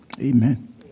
Amen